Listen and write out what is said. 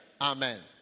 Amen